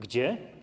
Gdzie?